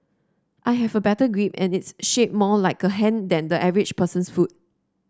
I have a better grip and it's shaped more like a hand than the average person's foot